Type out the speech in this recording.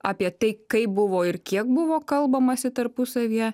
apie tai kaip buvo ir kiek buvo kalbamasi tarpusavyje